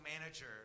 manager